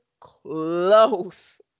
close